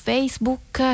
Facebook